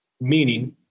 Meaning